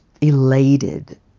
elated